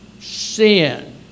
sin